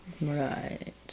Right